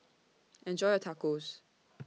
Enjoy your Tacos